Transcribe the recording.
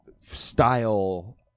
style